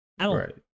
Right